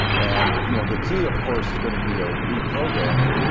and you know the key, of course, is going to be a reprogramming,